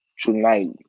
tonight